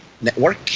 Network